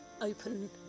open